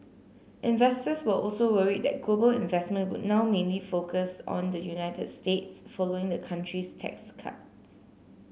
investors were also worried that global investment would now mainly focused on the United States following the country's tax cuts